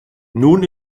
nun